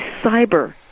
cyber